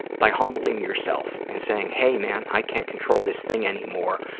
by humbling yourself and saying, hey, man, i can't control this thing anymore,